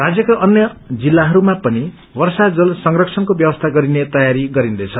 राज्यका अन्य जिल्लाहरूमा पनि वर्षा जल संरक्षण्को व्यवसी गरिने तयारी गरिन्दैछ